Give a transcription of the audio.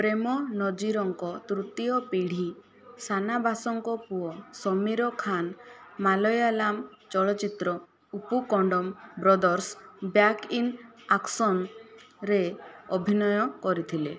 ପ୍ରେମ ନଜିରଙ୍କ ତୃତୀୟ ପିଢ଼ି ଶାନାବାସଙ୍କ ପୁଅ ସମୀର ଖାନ ମାଲୟାଲାମ ଚଳଚ୍ଚିତ୍ର 'Uppukandam brothers back in action' ରେ ଅଭିନୟ କରିଥିଲେ